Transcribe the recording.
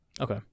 Okay